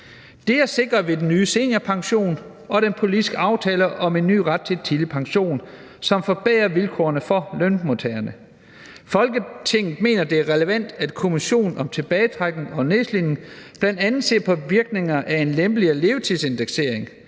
Det er sikret ved den nye seniorpension og den politiske aftale om en ny ret til tidlig pension, som forbedrer vilkårene for lønmodtagerne. Folketinget mener, det er relevant, at kommissionen om tilbagetrækning og nedslidning bl.a. ser på virkningerne af en lempeligere levetidsindeksering,